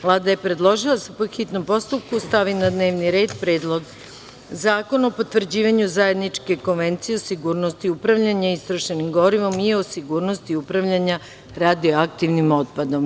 Vlada je predložila da se, po hitnom postupku, stavi na dnevni red Predlog zakona o potvrđivanju zajedničke Konvencije o sigurnosti upravljanja istrošenim gorivom i o sigurnosti upravljanja radioaktivnim otpadom.